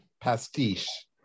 pastiche